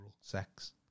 sex